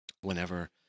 whenever